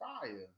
fire